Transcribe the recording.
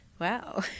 Wow